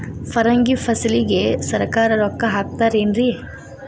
ಪರಂಗಿ ಫಸಲಿಗೆ ಸರಕಾರ ರೊಕ್ಕ ಹಾಕತಾರ ಏನ್ರಿ?